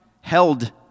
held